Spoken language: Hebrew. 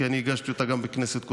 כי אני הגשתי אותה גם בכנסת הקודמת,